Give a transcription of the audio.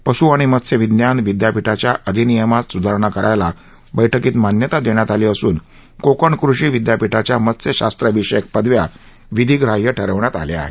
पश् आणि मत्स्य विज्ञान विद्यापीठाच्या अधिनियमात सुधारणा करायला बैठकीत मान्यता देण्यात आली असून कोकण कृषी विद्यापीठाच्या मत्स्यशास्त्रविषयक पदव्या विधिग्राह्य ठरविण्यात आल्या आहेत